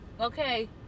okay